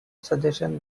suggestion